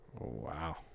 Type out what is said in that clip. Wow